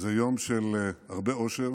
זה יום של הרבה אושר